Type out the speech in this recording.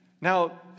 Now